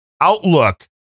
outlook